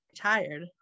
tired